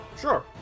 Sure